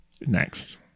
Next